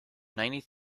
ninety